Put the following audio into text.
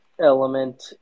element